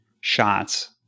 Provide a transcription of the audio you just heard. shots